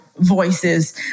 voices